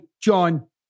John